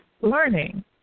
learning